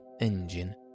engine